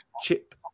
chip